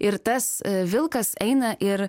ir tas vilkas eina ir